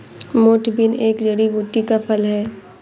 मोठ बीन एक जड़ी बूटी का फल है